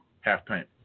Half-Pint